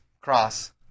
cross